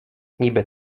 niby